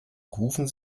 rufen